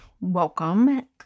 Welcome